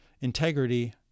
integrity